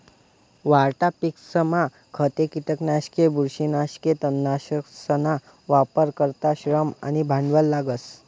वाढता पिकसमा खते, किटकनाशके, बुरशीनाशके, तणनाशकसना वापर करता श्रम आणि भांडवल लागस